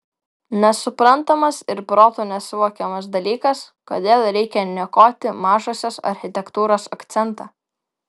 nesuprantamas ir protu nesuvokiamas dalykas kodėl reikia niokoti mažosios architektūros akcentą